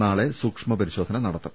നാളെ സൂക്ഷ്മ പരി ശോധന നടത്തും